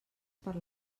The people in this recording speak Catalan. per